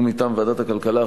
מטעם ועדת הכלכלה,